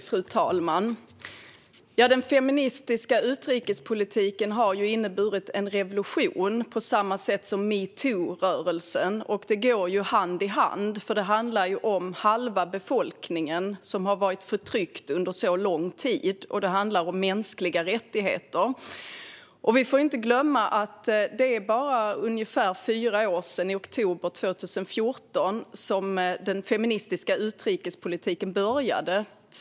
Fru talman! Den feministiska utrikespolitiken har inneburit en revolution på samma sätt som metoo-rörelsen, och de går hand i hand. Det handlar ju om halva befolkningen som har varit förtryckt under så lång tid, och det handlar om mänskliga rättigheter. Vi får inte glömma att det är bara ungefär fyra år sedan, i oktober 2014, som den feministiska utrikespolitiken började.